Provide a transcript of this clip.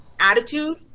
attitude